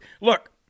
look